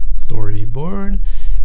storyboard